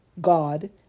God